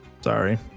Sorry